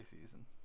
season